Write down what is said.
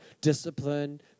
discipline